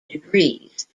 degrees